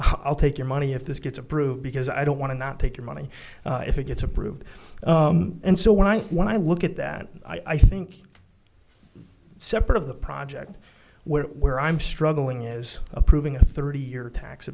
i'll take your money if this gets approved because i don't want to not take your money if it gets approved and so when i when i look at that i think separate of the project where where i'm struggling is approving a thirty year tax